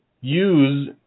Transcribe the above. use